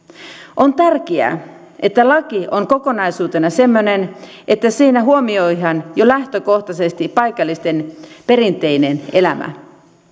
on tärkeää että laki on kokonaisuutena semmoinen että siinä huomioidaan jo lähtökohtaisesti paikallisten perinteinen elämä